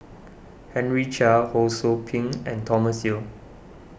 Henry Chia Ho Sou Ping and Thomas Yeo